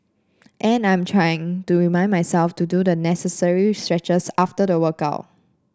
and I am trying to remind myself to do the necessary stretches after the workout